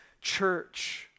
church